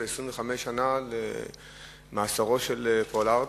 25 שנה למאסרו של פולארד.